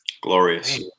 Glorious